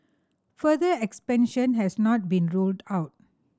further expansion has not been ruled out